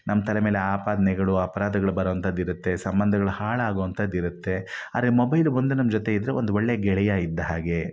ನಮ್ಮ ತಲೆ ಮೇಲೆ ಆಪಾದನೆಗಳು ಅಪರಾಧಗಳು ಬರೋಂಥದ್ದು ಇರುತ್ತೆ ಸಂಬಂಧಗಳು ಹಾಳಾಗುವಂಥದ್ದು ಇರುತ್ತೆ ಆದ್ರೆ ಮೊಬೈಲ್ ಒಂದು ನಮ್ಮ ಜೊತೆ ಇದ್ದರೆ ಒಂದು ಒಳ್ಳೆ ಗೆಳೆಯ ಇದ್ದ ಹಾಗೆ